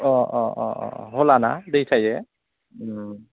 अ अ अ अ दहलाना दै थायो